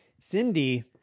Cindy